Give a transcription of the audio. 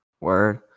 word